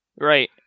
Right